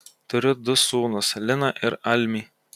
turiu du sūnus liną ir almį